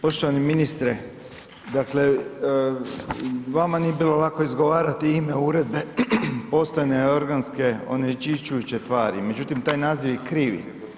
Poštovani ministre dakle vama nije bilo lako izgovarati ime uredbe postojane organske onečišćujuće tvari, međutim taj naziv je krivi.